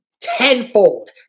tenfold